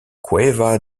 cueva